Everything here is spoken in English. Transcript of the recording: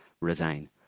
resign